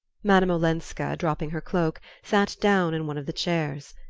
madame olenska, dropping her cloak, sat down in one of the chairs.